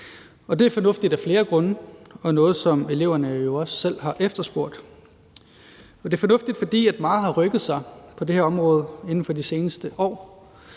Det er fornuftigt af flere grunde og er noget, som eleverne jo også selv har efterspurgt. Det er fornuftigt, fordi meget har rykket sig på det her område inden for de seneste år.